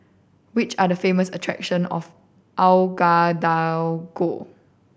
which are the famous attractions of Ouagadougou